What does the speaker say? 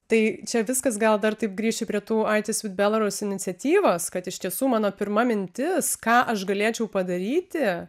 tai čia viskas gal dar taip grįšiu prie tų aitis viv belarus iniciatyvos kad iš tiesų mano pirma mintis ką aš galėčiau padaryti